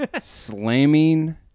Slamming